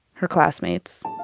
her classmates.